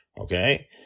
okay